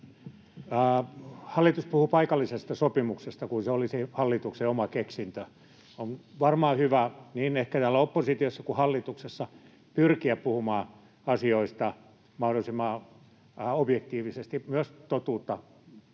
Hallitus puhuu paikallisesta sopimuksesta kuin se olisi hallituksen oma keksintö. On varmaan hyvä, ehkä niin täällä oppositiossa kuin hallituksessa, pyrkiä puhumaan asioista mahdollisimman objektiivisesti. Myös totuutta